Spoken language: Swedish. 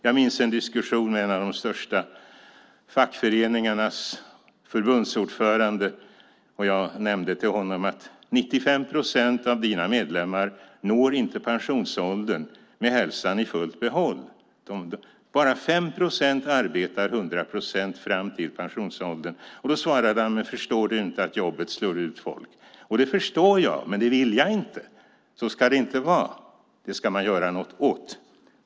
Jag minns en diskussion med en av de största fackföreningarnas förbundsordförande. Jag sade till honom: 95 procent av dina medlemmar når inte pensionsåldern med hälsan fullt i behåll. Bara 5 procent arbetar 100 procent fram till pensionsåldern. Då svarade han: Men förstår du inte att jobbet slår ut folk? Det förstår jag. Men jag vill inte att det ska vara så. Så ska det inte vara. Det ska man göra något åt.